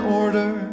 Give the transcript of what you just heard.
order